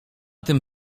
tym